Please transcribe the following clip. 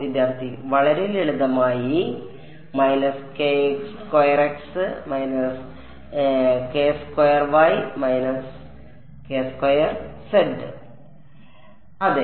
വിദ്യാർത്ഥി വളരെ ലളിതമായി അതെ